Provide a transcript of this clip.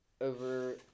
over